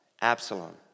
Absalom